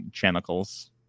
Chemicals